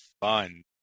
fun